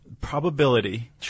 probability